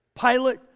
Pilate